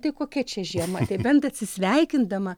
tai kokia čia žiema tai bent atsisveikindama